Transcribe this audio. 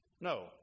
No